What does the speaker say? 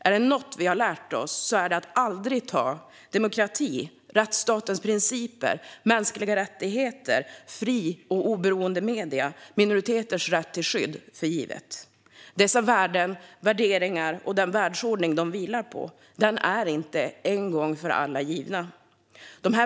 Är det något vi har lärt oss är det att aldrig ta demokrati, rättsstatens principer, mänskliga rättigheter, fria och oberoende medier och minoriteters rätt till skydd för givna. Dessa värden och värderingar och den världsordning de vilar på är inte en gång för alla givna.